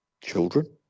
children